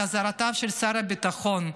על אזהרותיו של שר הביטחון גלנט: